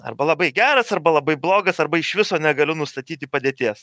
arba labai geras arba labai blogas arba iš viso negaliu nustatyti padėties